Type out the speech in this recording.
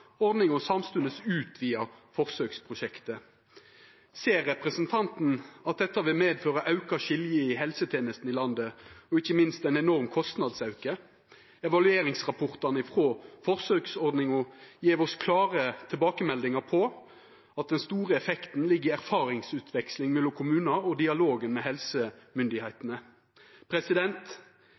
og samstundes utvida forsøksprosjektet. Ser representanten at dette vil medføra auka skilje i helsetenestene i landet og ikkje minst ein enorm kostnadsauke? Evalueringsrapportane frå forsøksordninga gjev oss klare tilbakemeldingar om at den store effekten ligg i erfaringsutveksling mellom kommunar og dialog med helsemyndigheitene.